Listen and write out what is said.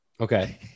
Okay